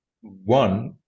one